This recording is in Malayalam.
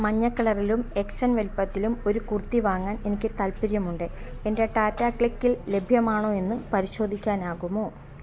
മഞ്ഞ കളറിലും എക്സ് എൻ വലുപ്പത്തിലും ഒരു കുർത്തി വാങ്ങാൻ എനിക്ക് താൽപ്പര്യമുണ്ട് എൻ്റെ ടാറ്റ ക്ലിക്കിൽ ലഭ്യമാണോ എന്ന് പരിശോധിക്കാനാകുമോ